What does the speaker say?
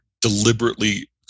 deliberately